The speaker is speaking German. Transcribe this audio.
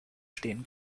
stehen